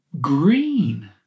green